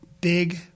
big